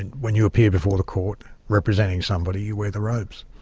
and when you appear before the court representing somebody, you wear the robes.